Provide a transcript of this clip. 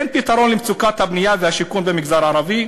אין פתרון למצוקת הבנייה והשיכון במגזר הערבי,